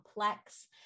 complex